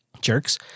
Jerks